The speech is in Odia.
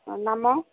ହଁ ନାମ